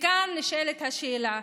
וכאן נשאלת השאלה: